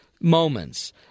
moments –